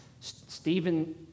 Stephen